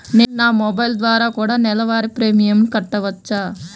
నేను నా మొబైల్ ద్వారా కూడ నెల వారి ప్రీమియంను కట్టావచ్చా?